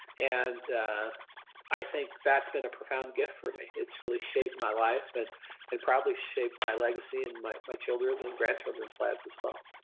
and i think that's been a profound gift for me. it's really shaped my life and and probably shaped my legacy and my my children and grandchildren's lives as well.